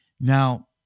Now